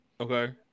Okay